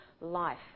life